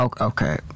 Okay